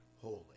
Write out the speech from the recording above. holy